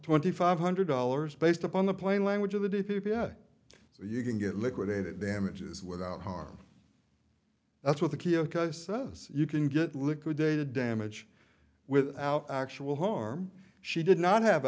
twenty five hundred dollars based upon the plain language of the d p s so you can get liquidated damages without harm that's what the kyoko says you can get liquidated damage without actual harm she did not have